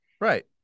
Right